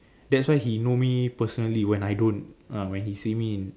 that's why he know me personally when I don't ah when he see me in